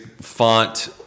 font